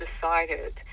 decided